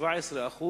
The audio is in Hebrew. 17%,